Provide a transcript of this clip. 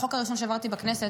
החוק הראשון שהעברתי בכנסת,